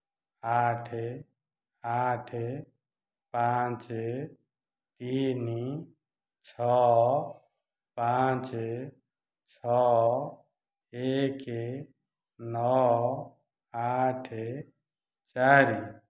ଆଠ ଆଠ ପାଞ୍ଚ ତିନି ଛଅ ପାଞ୍ଚ ଛଅ ଏକ ନଅ ଆଠ ଚାରି